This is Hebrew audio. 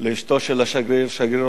סיעת קדימה